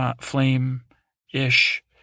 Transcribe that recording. flame-ish